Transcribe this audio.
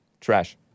trash